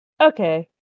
Okay